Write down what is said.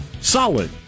solid